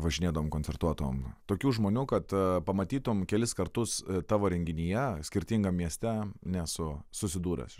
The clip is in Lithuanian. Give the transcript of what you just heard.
važinėdavom koncertuodavom tokių žmonių kad pamatytum kelis kartus tavo renginyje skirtingam mieste nesu susidūręs